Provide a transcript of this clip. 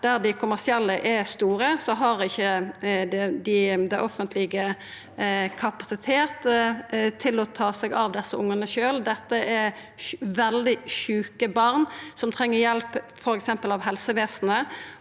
der dei kommersielle er store, har ikkje det offentlege kapasitet til å ta seg av desse ungane sjølv. Dette er veldig sjuke barn som treng hjelp, f.eks. av helsevesenet.